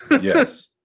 yes